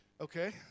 Okay